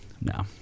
no